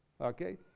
Okay